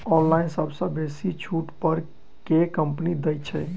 Online सबसँ बेसी छुट पर केँ कंपनी दइ छै?